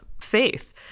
faith